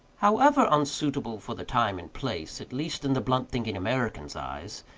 however unsuitable for the time and place, at least in the blunt-thinking american's eyes,